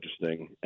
interesting